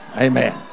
Amen